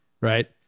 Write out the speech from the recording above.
Right